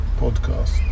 podcast